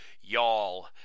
y'all